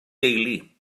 deulu